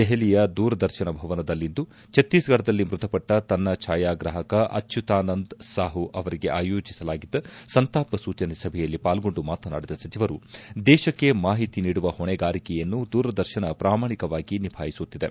ದೆಹಲಿಯ ದೂರದರ್ಶನ ಭವನದಲ್ಲಿಂದು ಛತ್ತೀಸ್ಫಡದಲ್ಲಿ ಮೃತಪಟ್ಟ ತನ್ನ ಛಾಯಾಗ್ರಾಹಕ ಅಚ್ಚುತ್ವಾನಂದ್ ಸಾಹು ಅವರಿಗೆ ಆಯೋಜಿಸಲಾಗಿದ್ದ ಸಂತಾಪ ಸೂಚನೆ ಸಭೆಯಲ್ಲಿ ಪಾಲ್ಗೊಂಡು ಮಾತನಾಡಿದ ಸಚಿವರು ದೇಶಕ್ಕೆ ಮಾಹಿತಿ ನೀಡುವ ಹೊಣೆಗಾರಿಕೆಯನ್ನು ದೂರದರ್ಶನ ಪ್ರಾಮಾಣಿಕವಾಗಿ ನಿಭಾಯಿಸುತ್ತಿದೆ